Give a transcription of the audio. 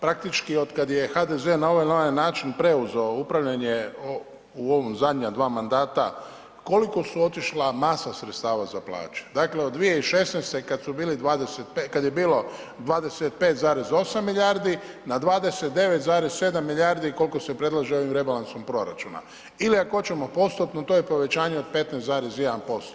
Praktički od kad je HDZ na ovaj il onaj način preuzeo upravljanje u ova zadnja dva mandata koliko su otišla masa sredstava za plaće, dakle od 2016. kad je bilo 25,8 milijardi na 29,7 milijardi koliko se predlaže ovim rebalansom proračuna ili ako hoćemo postotno to je povećanje od 15,1%